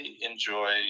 enjoy